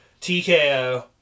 TKO